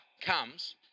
comes